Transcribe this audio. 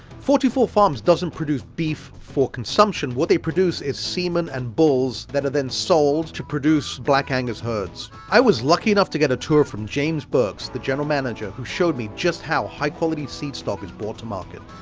forty four farms doesn't produce beef for consumption, what they produce is semen and balls that are then sold to produce black angus herds. i was lucky enough to get a tour from james burkes, the general manager who showed me just how high-quality seed stock is brought to market.